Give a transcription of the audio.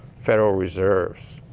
federal reserves.